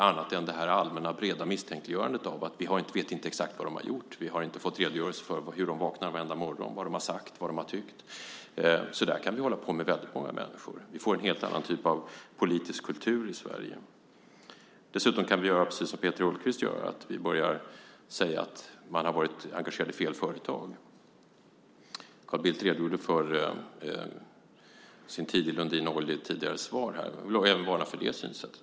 Det är bara det här allmänna breda misstänkliggörandet på grund av att vi inte vet exakt vad de har gjort. Vi har inte fått redogörelser för hur de vaknar varenda morgon, vad de har sagt och vad de har tyckt. Så kan vi hålla på med väldigt många människor. Vi får en helt annan typ av politisk kultur i Sverige. Dessutom kan vi göra precis som Peter Hultqvist gör, nämligen säga att man har varit engagerad i fel företag. Carl Bildt redogjorde för sin tid i Lundin Oil i ett tidigare svar här. Jag vill även varna för det synsättet.